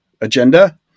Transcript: agenda